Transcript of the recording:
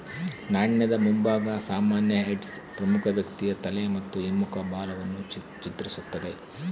ನಾಣ್ಯದ ಮುಂಭಾಗ ಸಾಮಾನ್ಯ ಹೆಡ್ಸ್ ಪ್ರಮುಖ ವ್ಯಕ್ತಿಯ ತಲೆ ಮತ್ತು ಹಿಮ್ಮುಖ ಬಾಲವನ್ನು ಚಿತ್ರಿಸ್ತತೆ